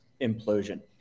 implosion